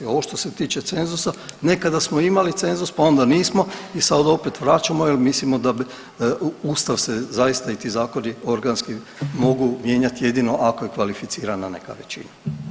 A ovo što se tiče cenzusa, nekada smo imali cenzus pa onda nismo i sad ga opet vraćamo jer mislimo da bi, Ustav se zaista i ti zakonski organski mogu mijenjati jedino ako je kvalificirana neka većina.